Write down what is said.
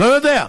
לא יודע.